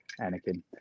Anakin